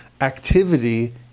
activity